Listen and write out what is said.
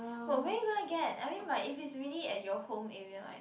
but where you gonna get I mean like if it's really at your home area [right]